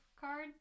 card